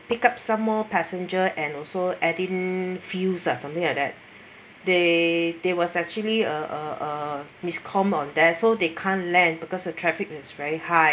pick up some more passenger and also add in fuels ah something like that they there was actually a a miscomm on there so they can't land because traffic is very high